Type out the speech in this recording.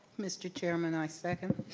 mr. chairman, i second.